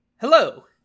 Hello